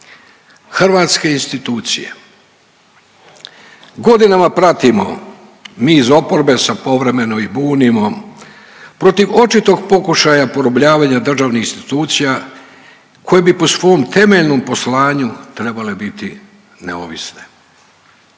Hrvatske institucije godinama pratimo mi iz oporbe se povremeno i bunimo protiv očitog pokušaja porobljavanja državnih institucija koje bi po svom temeljnom poslanju trebale biti neovisne.